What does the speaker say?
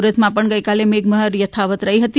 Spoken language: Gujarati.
સુરતમાં પણ ગઇકાલે મેઘમહેર યથાવત રહી હતી